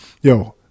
yo